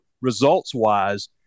results-wise